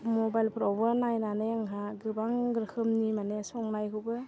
मबाइलफ्रावो नायनानै आंहा गोबां रोखोमनि माने संनायखौबो